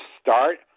start